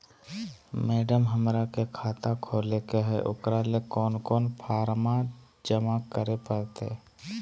Madam, हमरा के खाता खोले के है उकरा ले कौन कौन फारम जमा करे परते?